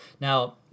now